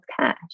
cash